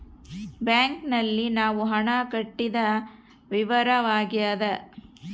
bank ನಲ್ಲಿ ನಾವು ಹಣ ಕಟ್ಟಿದ ವಿವರವಾಗ್ಯಾದ